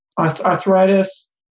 arthritis